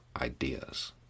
ideas